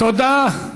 תודה לך.